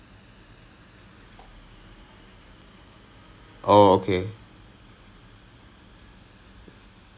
you know requires my excel skills right even if it's கம்மி காசு:kammi kaasu I will gladly take that job